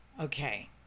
Okay